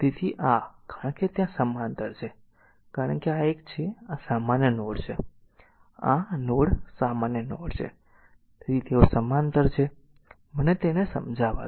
તેથી આ કારણ કે ત્યાં સમાંતર છે કારણ કે આ એક છે આ સામાન્ય નોડ છે આ નોડ એક સામાન્ય નોડ છે તેથી તેઓ સમાંતર છે તો મને તેને સમજાવા દો